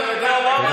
נתניהו,